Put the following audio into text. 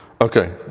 Okay